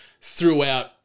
throughout